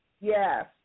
Yes